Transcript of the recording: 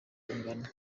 angana